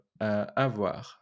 avoir